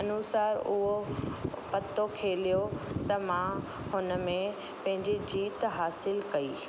अनुसार उहो पतो खेलियो त मां हुन में पंहिंजी जीतु हासिलु कई